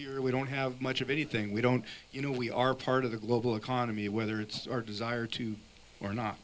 here we don't have much of anything we don't you know we are part of the global economy whether it's our desire to or not